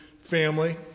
family